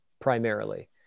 primarily